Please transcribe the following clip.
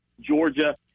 Georgia